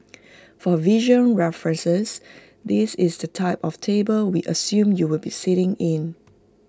for visual reference this is the type of table we assume you will be sitting in